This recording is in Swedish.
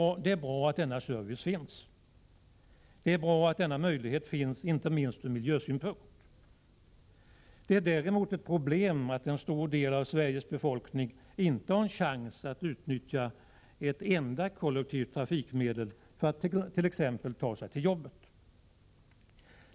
Det är bra att denna möjlighet finns — inte minst ur miljösynpunkt. Vad värre är: en mycket stor del av Sveriges befolkning har inte en chans att utnyttja ett enda kollektivt trafikmedel för att t.ex. ta sig till jobbet.